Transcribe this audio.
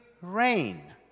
rain